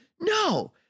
no